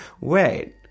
Wait